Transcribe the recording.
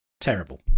terrible